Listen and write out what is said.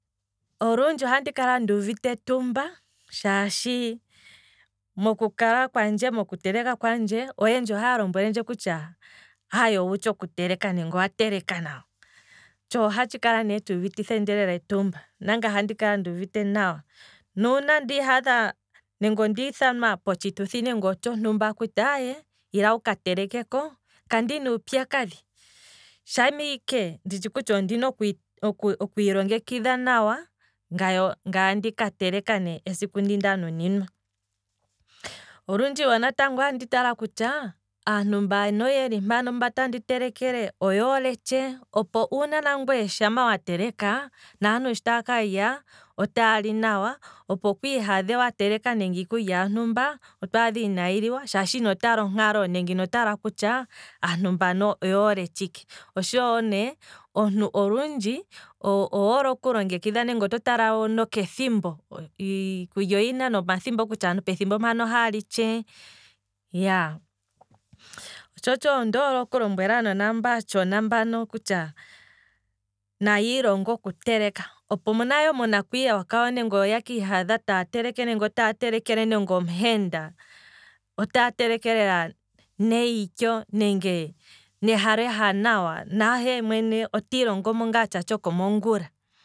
Olundji ohandi kala nduuvite etumba shaashi moku kala kwandje moku teleka kwandje, oyendji ohaya lombwelendje kutya aye owutshi oku teleka nenge owa teleka nawa, tsho ohatshi kala ne tshuuvitithendje etumba, nangaye ohandi kala lela nduuvite nawa, nuuna ndiihadha nenge ndiithanwa potshituthi tshontumba akuti aye ila wuka telekeko, kandina uupyakadhi, shampa ike nditshi kutya ondina okwiilongekidha nawa, ngaye andika teleka ne esiku ndi nda nuninwa, olundji ohandi tala kutya, aantu mbano yeli mpano andika telekela oye hole tshee, opo uuna nangweye sho wateleka aantu sho taa kalya, otaali nawa, opo kwii hadhe wa teleka iikulya yontumba ndele twaadha inayi liwa shaashi ino tala onkalo nenge ino tala kutya, aantu mbano oye hole tshike, otsho ne olundji, omuntu owu hole okulongekidha to tala nokethimbo, iikulya oyina omathimbo kutya aantu pethimbo ndino ohaa li tshee, iyaa, tsho otsho ndoole oku lombwela aanona mbano aatshona mbano kutya naya ilonge oku teleka, opo wo nayo monakwiiwa ngele oya kiihadha taya teleke nenge otaya telekele nande omuhenda, otaya teleke lela neyityo nenge nehalo ewanawa nahe mwene otii longomo ngaa tsha tsho komongula